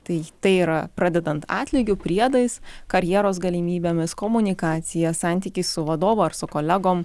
tai tai yra pradedant atlygio priedais karjeros galimybėmis komunikacija santykiai su vadovu ar su kolegom